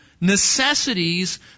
necessities